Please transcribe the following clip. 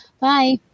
Bye